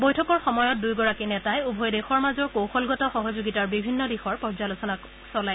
বৈঠকৰ সময়ত দুয়োগৰাকী নেতাই উভয় দেশৰ মাজৰ কৌশলগত সহযোগিতাৰ বিভিন্ন দিশৰ পৰ্যালোচনা চলায়